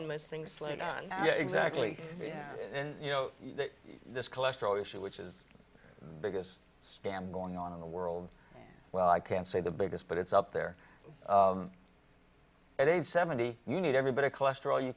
slave yeah exactly yeah you know this cholesterol issue which is the biggest scam going on in the world well i can't say the biggest but it's up there at age seventy you need every bit of cholesterol you